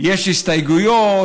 יש הסתייגויות,